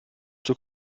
zur